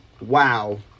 Wow